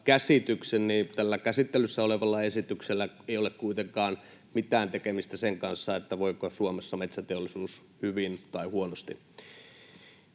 käsityksen, tällä käsittelyssä olevalla esityksellä ei kuitenkaan ole mitään tekemistä sen kanssa, voiko Suomessa metsäteollisuus hyvin tai huonosti.